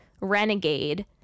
Renegade